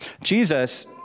Jesus